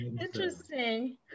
Interesting